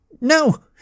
No